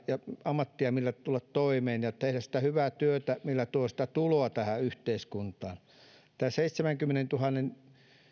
ja ammattia millä tulla toimeen ja tehdä sitä hyvää työtä millä tuo sitä tuloa tähän yhteiskuntaan on arvioitu että näiden seitsemänkymmenentuhannen